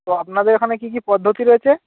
তো আপনাদের এখানে কী কী পদ্ধতি রয়েছে